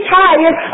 tired